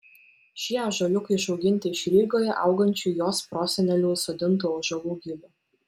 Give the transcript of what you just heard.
šie ąžuoliukai išauginti iš rygoje augančių jos prosenelių sodintų ąžuolų gilių